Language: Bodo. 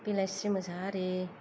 बिलायस्रि मोसाहारि